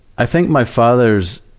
i think my father's,